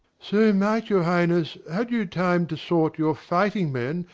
so might your highness, had you time to sort your fighting men,